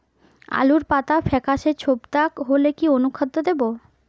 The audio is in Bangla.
আলুর পাতা ফেকাসে ছোপদাগ হলে কি অনুখাদ্য দেবো?